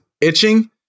itching